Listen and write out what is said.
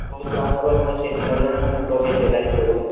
ଆମର ମୋ ସିନିଅର୍ ଜଣେ ମୋ ମୁଣ୍ଡ ଖାଇ ସାରିଲାଣି ପ୍ରବଳ